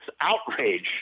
outrage